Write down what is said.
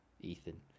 Ethan